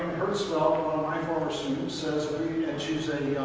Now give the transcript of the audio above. herzfeld? one of my former students, says and she's a